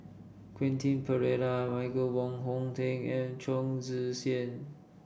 Quentin Pereira Michael Wong Hong Teng and Chong Tze Chien